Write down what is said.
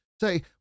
Say